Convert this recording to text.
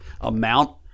amount